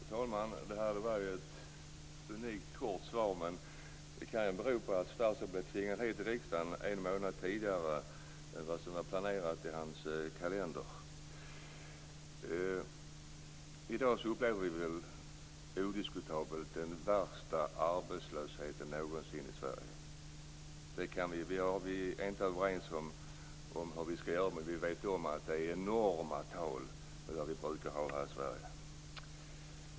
Fru talman! Det här var ju ett unikt kort svar, men det kan ju bero på att statsrådet blev tvingad hit till riksdagen en månad tidigare än vad som var planerat i hans kalender. I dag upplever vi odiskutabelt den värsta arbetslösheten någonsin i Sverige. Vi är inte överens om hur vi skall göra, men vi vet om att det är enorma tal i jämförelse med vad vi brukar ha här i Sverige.